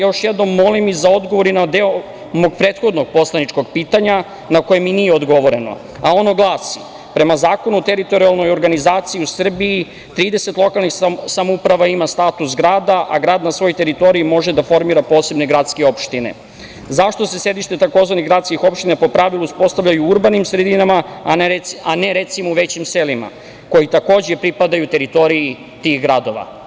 Još jednom molim i za odgovor i na deo mog prethodnog poslaničkog pitanja na koje mi nije odgovoreno, a ono glasi – Prema Zakonu o teritorijalnoj organizaciji u Srbiji, 30 lokalnih samouprava ima status grada, a grad na svojoj teritoriji može da formira posebne gradske opštine, zašto se sedište tzv. „gradskih opština“ po pravilu uspostavljaju u urbanim sredinama, a ne recimo u većim selima koja takođe pripadaju teritoriji tih gradova?